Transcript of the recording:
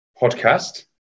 Podcast